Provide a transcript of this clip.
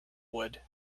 wood